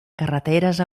carreteres